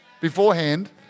beforehand